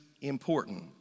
important